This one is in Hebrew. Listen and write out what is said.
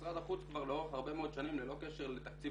משרד החוץ כבר לאורך הרבה מאוד שנים ללא קשר לתקציב